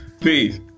peace